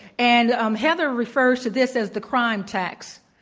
and um heather refers to this as the crime tax.